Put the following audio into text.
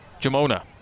Jamona